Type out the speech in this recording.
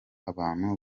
abantu